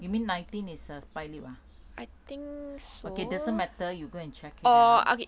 you mean nineteen is a 拜六 ah okay doesn't matter you go and check